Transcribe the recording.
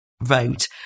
vote